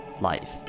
Life